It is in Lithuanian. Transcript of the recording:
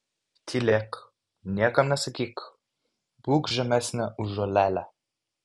tylėk niekam nesakyk būk žemesnė už žolelę